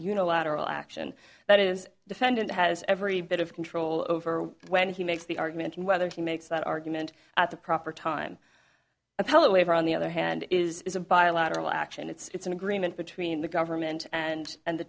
unilateral action that is defendant has every bit of control over when he makes the argument and whether he makes that argument at the proper time appellate waiver on the other hand is a bilateral action it's an agreement between the government and and the